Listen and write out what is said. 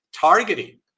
Targeting